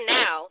now